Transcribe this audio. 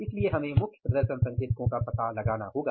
इसलिए हमें मुख्य प्रदर्शन संकेतकों का पता लगाना होगा